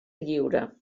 lliure